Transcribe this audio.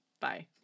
Bye